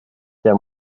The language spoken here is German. der